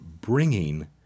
bringing